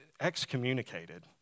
excommunicated